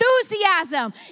enthusiasm